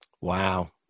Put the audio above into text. Wow